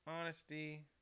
honesty